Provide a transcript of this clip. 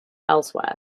elsewhere